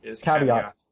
Caveat